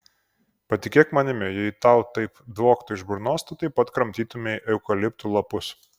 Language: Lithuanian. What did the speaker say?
patikėk manimi jei tau taip dvoktų iš burnos tu taip pat kramtytumei eukaliptų lapus